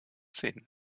zehn